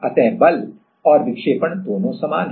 अतः बल और विक्षेपण दोनों समान हैं